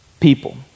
people